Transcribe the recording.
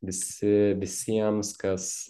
visi visiems kas